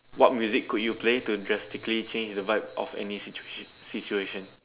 what music could you play to drastically change the vibe of any situation situation